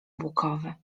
bukowy